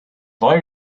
boy